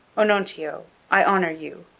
onontio, i honour you,